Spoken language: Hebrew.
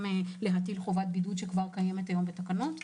להטיל חובת בידוד שכבר קיימת היום בתקנות.